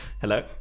Hello